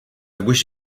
wish